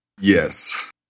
Yes